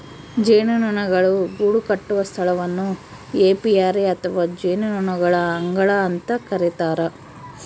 ಜೇನುನೊಣಗಳು ಗೂಡುಕಟ್ಟುವ ಸ್ಥಳವನ್ನು ಏಪಿಯರಿ ಅಥವಾ ಜೇನುನೊಣಗಳ ಅಂಗಳ ಅಂತ ಕರಿತಾರ